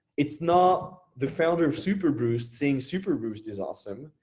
it's not the founder of superboost, saying superboost is awesome.